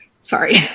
Sorry